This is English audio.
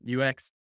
UX